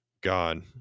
God